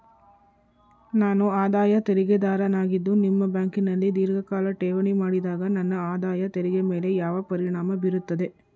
ನಾನು ಆದಾಯ ತೆರಿಗೆದಾರನಾಗಿದ್ದು ನಿಮ್ಮ ಬ್ಯಾಂಕಿನಲ್ಲಿ ಧೀರ್ಘಕಾಲ ಠೇವಣಿ ಮಾಡಿದಾಗ ನನ್ನ ಆದಾಯ ತೆರಿಗೆ ಮೇಲೆ ಯಾವ ಪರಿಣಾಮ ಬೀರುತ್ತದೆ?